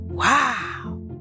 Wow